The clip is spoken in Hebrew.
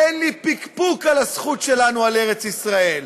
אין לי פקפוק על הזכות שלנו על ארץ ישראל,